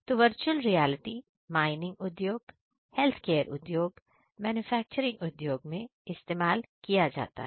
तो virtual reality mining उद्योग health care उद्योग और मैन्युफैक्चरिंग उद्योग में इस्तेमाल किया जाता है